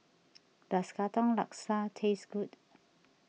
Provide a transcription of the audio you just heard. does Katong Laksa taste good